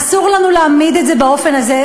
אסור לנו להעמיד את זה באופן הזה.